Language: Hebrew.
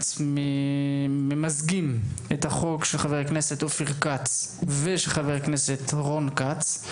אנחנו ממזגים את הצעת החוק של חבר הכנסת אופיר כץ ושל חבר הכנסת רון כץ.